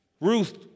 Ruth